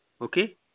Okay